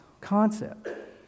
concept